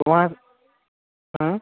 तो वहाँ हाँ